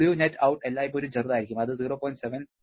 3 kJ ആണ് Wnetout എല്ലായ്പ്പോഴും ചെറുതായിരിക്കും അത് 0